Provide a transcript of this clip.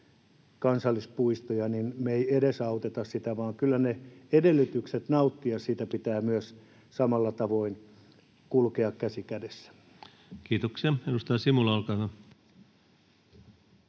kansallispuistoja me emme edesauta sitä, vaan kyllä niiden edellytysten nauttia siitä pitää myös samalla tavoin kulkea käsi kädessä. Kiitoksia. — Edustaja Simula, olkaa hyvä.